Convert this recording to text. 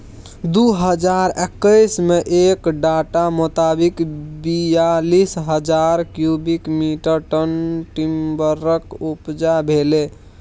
दु हजार एक्कैस मे एक डाटा मोताबिक बीयालीस हजार क्युबिक मीटर टन टिंबरक उपजा भेलै